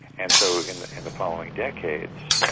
and so in in the following decades,